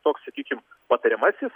toks sakykim patariamasis